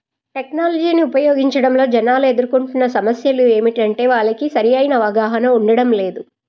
టెక్నాలజీని ఉపయోగించడంలో జనాలు ఎదుర్కొంటున్న సమస్యలు ఏమిటంటే వాళ్ళకి సరి అయిన అవగాహన ఉండడం లేదు